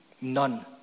None